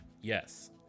Yes